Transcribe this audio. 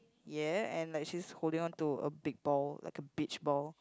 ya and like she's holding onto a big ball like a beach ball